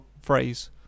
phrase